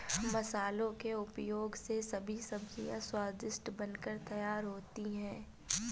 मसालों के उपयोग से सभी सब्जियां स्वादिष्ट बनकर तैयार होती हैं